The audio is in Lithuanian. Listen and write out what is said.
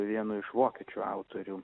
vieno iš vokiečių autorių